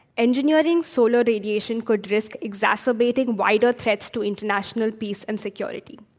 engineering solar radiation could risk exacerbating wider threats to international peace and security.